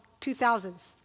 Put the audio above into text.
2000s